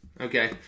okay